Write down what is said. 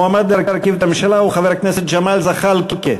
המועמד להרכיב את הממשלה הוא חבר הכנסת ג'מאל זחאלקה.